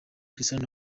cristiano